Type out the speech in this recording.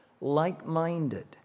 like-minded